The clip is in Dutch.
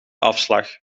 afslag